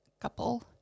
couple